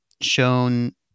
shown